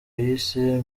yise